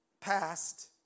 past